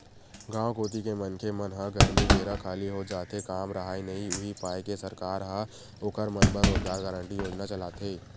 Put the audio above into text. गाँव कोती के मनखे मन ह गरमी बेरा खाली हो जाथे काम राहय नइ उहीं पाय के सरकार ह ओखर मन बर रोजगार गांरटी योजना चलाथे